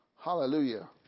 Hallelujah